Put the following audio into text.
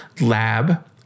lab